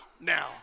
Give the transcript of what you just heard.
now